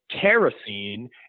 Kerosene